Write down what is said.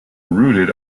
rooted